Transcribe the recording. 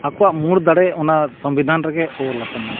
ᱟᱠᱚᱣᱟᱜ ᱢᱩᱲ ᱫᱟᱲᱮ ᱚᱱᱟ ᱥᱚᱝᱵᱤᱫᱷᱟᱱ ᱨᱮᱜᱮ ᱚᱞ ᱟᱠᱟᱱᱟ